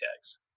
tags